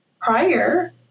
prior